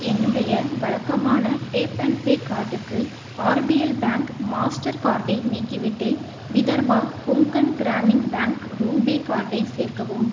என்னுடைய வழக்கமான tap and pay கார்டுக்கு ஆர்பிஎல் பேங்க் மாஸ்டர் கார்டை நீக்கிவிட்டு விதர்பா கொங்கன் கிராமின் பேங்க் ரூபே கார்டை சேர்க்கவும்